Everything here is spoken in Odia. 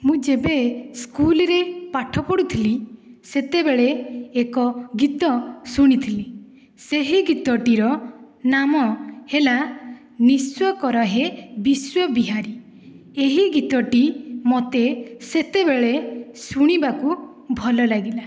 ମୁଁ ଯେବେ ସ୍କୁଲରେ ପାଠ ପଢ଼ୁଥିଲି ସେତେବେଳେ ଏକ ଗୀତ ଶୁଣିଥିଲି ସେହି ଗୀତଟିର ନାମ ହେଲା ନିସ୍ୱ କର ହେ ବିଶ୍ୱ ବିହାରୀ ଏହି ଗୀତଟି ମୋତେ ସେତେବେଳେ ଶୁଣିବାକୁ ଭଲ ଲାଗିଲା